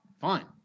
Fine